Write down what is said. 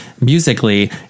musically